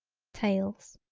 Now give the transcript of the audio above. tails.